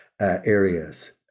areas